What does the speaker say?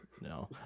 No